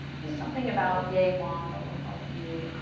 just something about yay long that will help you